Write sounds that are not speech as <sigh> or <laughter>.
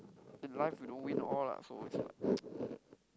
in life you don't win all lah so its like <noise>